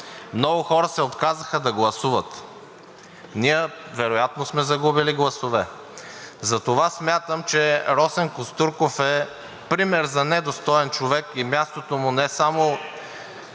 Много хора се отказаха да гласуват. Ние вероятно сме загубили гласове. Затова смятам, че Росен Костурков е пример за недостоен човек и мястото му не само